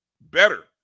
better